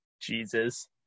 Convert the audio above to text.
Jesus